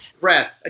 breath